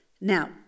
Now